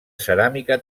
ceràmica